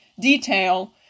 detail